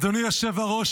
אדוני היושב-ראש,